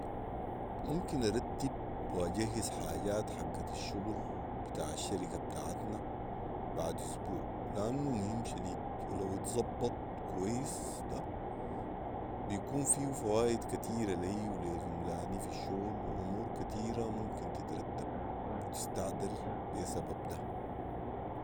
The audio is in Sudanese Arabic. ممكن ارتب واجهز حاجات حقت الشغل بتاع الشركه بتاعتنا بعد اسبوع لانه مهم شديد وولو اتظبط كويس ده بيكون فيه فوايد كتيره لي ولي زملاني في الشغل وامور كتيره ممكن تترتب وتستعدل بي سبب ده